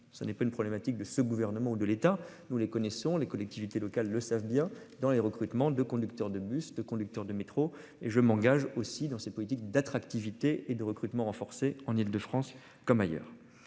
ce n'est pas une problématique de ce gouvernement ou de l'État, nous les connaissons les collectivités locales le savent bien, dans les recrutements de conducteurs de bus de conducteurs de métro et je m'engage aussi dans cette politique d'attractivité et de recrutement renforcée en Île-de-France comme ailleurs.